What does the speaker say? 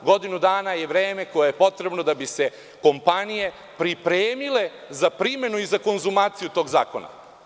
Godinu dana je vreme koje je potrebno da bi se kompanije pripremile za primenu i za konzumaciju tog zakona.